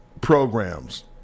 programs